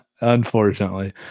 unfortunately